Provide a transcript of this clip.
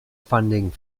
funding